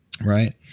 right